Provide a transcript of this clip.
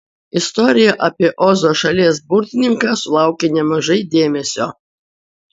istorija apie ozo šalies burtininką sulaukia nemažai dėmesio